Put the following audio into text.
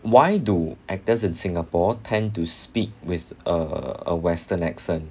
why do actors in singapore tend to speak with a a western accent